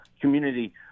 community